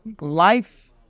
life